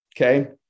okay